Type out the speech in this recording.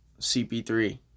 CP3